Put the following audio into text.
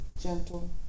gentle